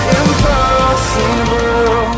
impossible